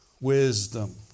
Wisdom